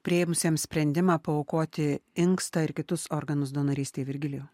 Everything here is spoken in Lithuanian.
priėmusiems sprendimą paaukoti inkstą ir kitus organus donorystei virgilijau